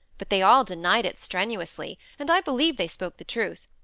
but they all denied it strenuously, and i believe they spoke the truth.